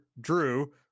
drew